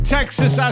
Texas